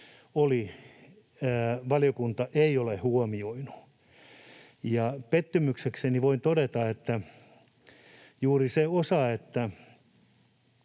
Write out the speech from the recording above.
oli, valiokunta ei ole huomioinut. Ja pettymyksekseni voin todeta, että yksi on juuri se osa, että